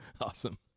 Awesome